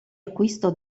acquisto